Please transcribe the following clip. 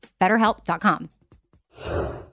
BetterHelp.com